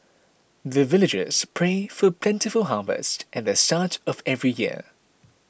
the villagers pray for plentiful harvest at the start of every year